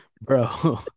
Bro